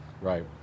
Right